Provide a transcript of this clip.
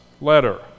letter